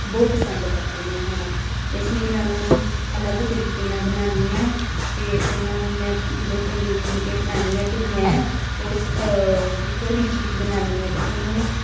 ਬਹੁਤ ਪਸੰਦ ਕਰਦੇ ਨੇ ਖਾਣਾ ਇਸ ਲਈ ਮੈਂ ਉਹਨਾਂ ਨੂੰ ਅਲੱਗ ਤਰੀਕੇ ਨਾਲ਼ ਬਣਾਉਂਦੀ ਹਾਂ ਅਤੇ ਉਹਨਾਂ ਨੂੰ ਮੈਂ ਜਦੋਂ ਤੰਦੂਰੀ ਫੁਲਕੇ ਬਣਾਉਂਦੀ ਹਾਂ ਅਤੇ ਮੈਂ ਉਸ ਕੁੱਕਰ ਵਿੱਚ ਹੀ ਬਣਾਉਂਦੀ ਹਾਂ ਅਤੇ ਉਹਨੂੰ